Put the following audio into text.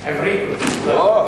עברית, לא.